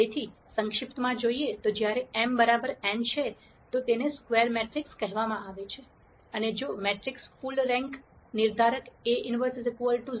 તેથી સંક્ષિપ્તમાં જોઈએ તો જ્યારે m બરાબર n છે તો તેને સ્ક્વેર મેટ્રિક્સ કહેવામાં આવે છે અને જો મેટ્રિક્સ ફુલ રેન્ક નિર્ધારક A